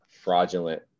fraudulent